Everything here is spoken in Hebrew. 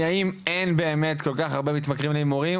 האם אין באמת כל כך הרבה מתמכרים להימורים,